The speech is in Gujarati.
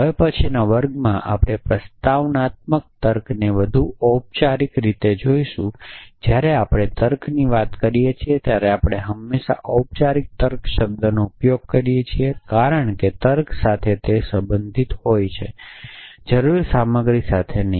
હવે પછીના વર્ગમાં આપણે પ્રોપ્રોજીશનલતર્કને વધુ ઑપચારિક રૂપે જોશું જ્યારે આપણે તર્કની વાત કરીએ છીએ ત્યારે આપણે હંમેશાં ઑપચારિક તર્ક શબ્દનો ઉપયોગ કરીએ છીએ કારણ કે તર્ક સાથે સંબંધિત હોય છે જરૂરી સામગ્રી સાથે નહીં